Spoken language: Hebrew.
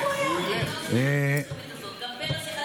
אם הוא לא שמע, איפה יש?